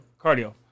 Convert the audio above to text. Cardio